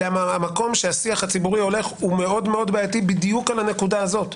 המקום שהשיח הציבורי הולך הוא מאוד בעייתי בדיוק בנקודה הזאת.